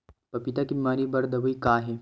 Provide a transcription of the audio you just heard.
पपीता के बीमारी बर दवाई का हे?